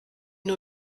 nur